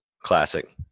Classic